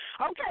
okay